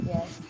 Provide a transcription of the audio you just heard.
Yes